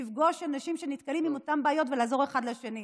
לפגוש אנשים שנתקלים באותן בעיות ולעזור אחד לשני.